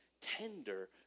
tender